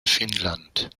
finnland